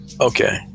Okay